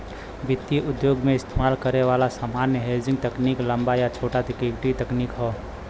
वित्तीय उद्योग में इस्तेमाल करे वाला सामान्य हेजिंग तकनीक लंबा या छोटा इक्विटी तकनीक हौ